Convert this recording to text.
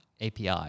API